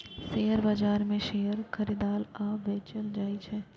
share बाजार मे share खरीदल आ बेचल जाइ छै